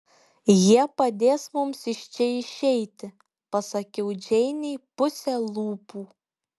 jie padės mums iš čia išeiti pasakiau džeinei puse lūpų